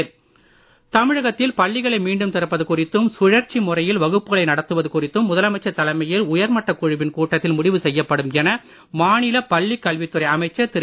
செங்கோட்டையன் தமிழகத்தில் பள்ளிகளை மீண்டும் திறப்பது குறித்தும் சுழற்சி முறையில் வகுப்புகளை நடத்துவது குறித்தும் முதலமைச்சர் தலைமையில் உயர்மட்டக் குழுவின் கூட்டத்தில் முடிவு செய்யப்படும் என மாநில பள்ளிக் கல்வித் துறை அமைச்சர் திரு